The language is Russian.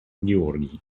георгий